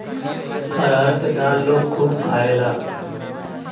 अरहर के दाल लोग खूब खायेला